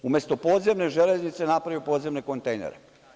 Umesto podzemne železnice, napravio je podzemne kontejnere.